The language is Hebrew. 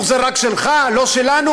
זה רק שלך, לא שלנו?